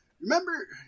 Remember